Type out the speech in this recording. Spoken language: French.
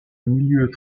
milieux